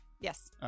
yes